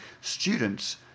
students